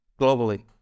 globally